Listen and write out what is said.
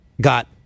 got